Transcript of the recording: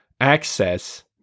Access